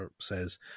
says